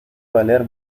valer